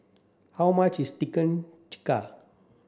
how much is Chicken Tikka